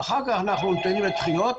ואחר כך אנחנו דנים על דחיות.